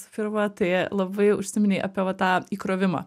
visų pirma tai labai užsiminei apie va tą įkrovimą